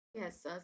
Yes